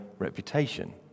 reputation